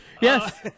Yes